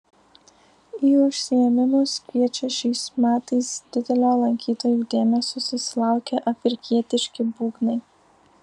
į užsiėmimus kviečia šiais metais didelio lankytojų dėmesio susilaukę afrikietiški būgnai